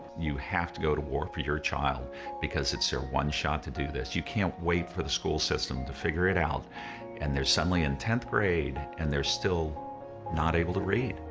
you have to go to war for your child because it's their one shot to do this, you can't wait for the school system to figure it out and they're suddenly in tenth grade and they're still not able to read.